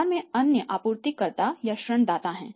बाजार में अन्य आपूर्ति कर्ता या ऋण दाता हैं